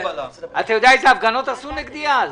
אתה יודע איזה הפגנות עשו נגדי אז?